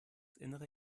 innere